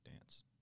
dance